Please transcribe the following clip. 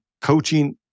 coaching